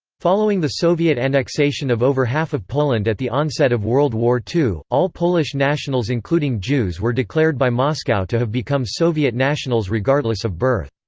following the soviet annexation of over half of poland at the onset of world war ii, all polish nationals including jews were declared by moscow to have become soviet nationals regardless of birth.